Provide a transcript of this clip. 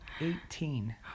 Eighteen